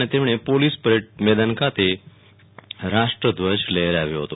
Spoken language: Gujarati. અને તેમણે પોલીસ પરેડ મદાન ખાતે રાષ્ટધ્વજ લહેરાવ્યો હતો